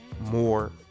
more